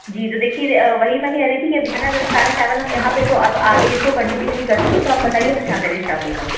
जी तो देखिए वही मैं कह रही थी अब इतना सारा चावल हम यहाँ पर तो अब आगे इसको कंटीन्यू नहीं कर सकते तो आप बताइए हम क्या करें इस चावल का अब